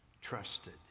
trusted